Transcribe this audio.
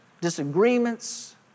disagreements